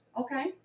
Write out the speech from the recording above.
Okay